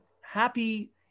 happy